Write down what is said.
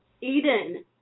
Eden